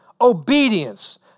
obedience